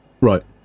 right